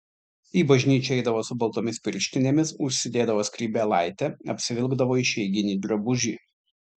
į bažnyčią eidavo su baltomis pirštinėmis užsidėdavo skrybėlaitę apsivilkdavo išeiginį drabužį